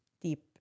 deep